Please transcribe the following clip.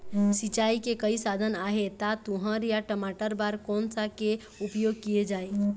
सिचाई के कई साधन आहे ता तुंहर या टमाटर बार कोन सा के उपयोग किए जाए?